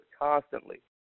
constantly